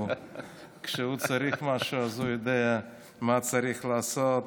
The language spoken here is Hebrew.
כשהוא צריך משהו, הוא יודע מה צריך לעשות